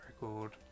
record